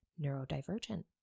neurodivergent